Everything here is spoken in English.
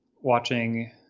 watching